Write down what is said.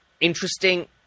Interesting